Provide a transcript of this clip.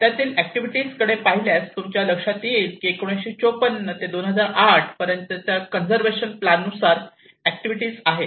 त्यातील ऍक्टिव्हिटी कडे पाहिल्यास तुमच्या लक्षात येईल की 1954 ते 2008 पर्यंतच्या कंजर्वेशन प्लान नुसार ऍक्टिव्हिटीज आहे